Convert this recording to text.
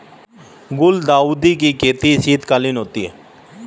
गुलदाउदी की खेती शीतकालीन होती है